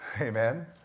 Amen